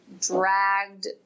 dragged